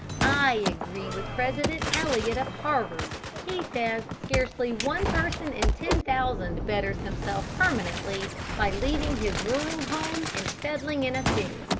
i agree with president eliot, of harvard. he says scarcely one person in ten thousand betters himself permanently by leaving his rural home and settling in a city.